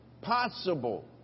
possible